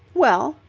well,